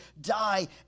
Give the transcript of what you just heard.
die